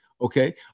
okay